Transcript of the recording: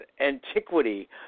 antiquity